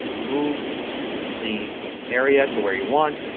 move the area to where you want.